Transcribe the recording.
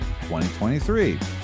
2023